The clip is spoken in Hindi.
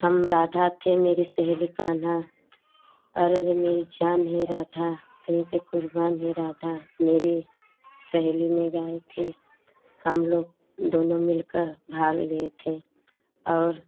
हम राधा थे मेरी सहेली कान्हा अरे रे मेरी जान है राधा तेरे पे कुर्बान है राधा मेरी सहेली ने गाई थी हम लोग दोनों मिल कर भाग लिए थे और